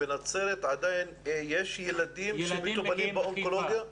בנצרת יש ילדים שמטופלים באונקולוגיה?